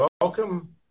Welcome